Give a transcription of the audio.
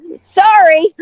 Sorry